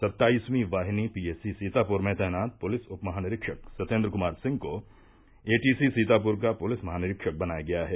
सत्ताईसवीं वाहिनी पीएसी सीतापुर में तैनात पुलिस उप महानिरीक्षक सत्येन्द्र कुमार सिंह को एटीसी सीतापुर का पुलिस महानिरीक्षक बनाया गया है